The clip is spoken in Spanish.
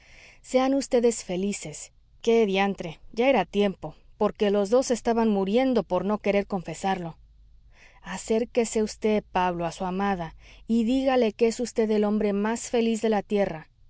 sean vds felices qué diantre ya era tiempo porque los dos se estaban muriendo por no querer confesarlo acérquese vd pablo a su amada y dígale que es vd el hombre más feliz de la tierra